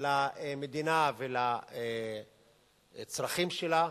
למדינה ולצרכים שלה,